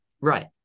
Right